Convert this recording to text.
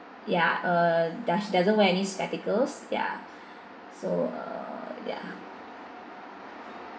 ya uh does doesn't wear any spectacles so uh ya